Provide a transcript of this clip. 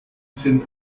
sind